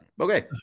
Okay